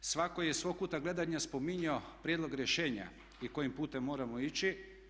Svatko je iz svog kuta gledanja spominjao prijedlog rješenja i kojim putem moramo ići.